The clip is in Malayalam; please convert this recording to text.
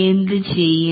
എന്ത് ചെയ്യും